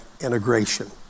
integration